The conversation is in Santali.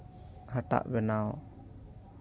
ᱦᱟᱴᱟᱜ ᱵᱮᱱᱟᱣ